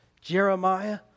Jeremiah